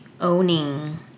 owning